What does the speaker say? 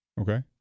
Okay